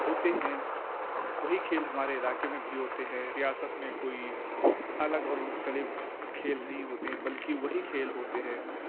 ہوتے ہیں وہی کھیل ہمارے علاقے میں بھی ہوتے ہیں ریاست میں کوئی الگ اور مختلف کھیل نہیں ہوتے ہیں بلکہ وہی کھیل ہوتے ہیں